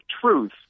truth